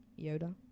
Yoda